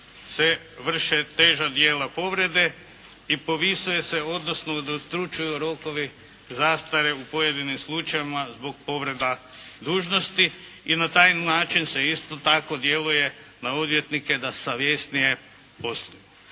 se vrše teža djela povrede i povisuje se odnosno udvostručuju rokovi zastare u pojedinim slučajevima zbog povreda dužnosti i na taj način se isto tako djeluje na odvjetnike da savjesnije postupe.